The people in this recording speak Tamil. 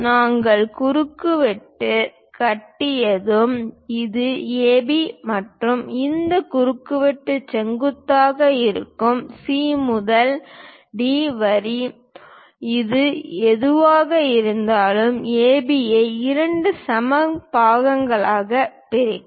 நாங்கள் குறுவட்டு கட்டியவுடன் இது AB மற்றும் இந்த குறுவட்டுக்கு செங்குத்தாக இருக்கும் C முதல் D வரி இது எதுவாக இருந்தாலும் AB ஐ இரண்டு சம பாகங்களாக பிரிக்கும்